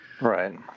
right